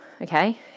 Okay